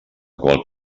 qual